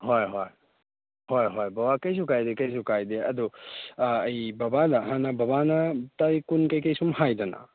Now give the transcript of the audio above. ꯍꯣꯏ ꯍꯣꯏ ꯍꯣꯏ ꯍꯣꯏ ꯕꯕꯥ ꯀꯩꯁꯨ ꯀꯥꯏꯗꯦ ꯀꯩꯁꯨ ꯀꯥꯏꯗꯦ ꯑꯗꯨ ꯑꯩ ꯕꯕꯥꯗ ꯍꯥꯟꯅ ꯕꯕꯥꯅ ꯇꯥꯔꯤꯛ ꯀꯨꯟ ꯀꯩꯀꯩ ꯁꯨꯝ ꯍꯥꯏꯗꯅ